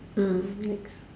ah next